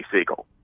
Siegel